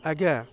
ଆଜ୍ଞା